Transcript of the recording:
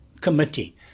committee